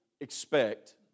expect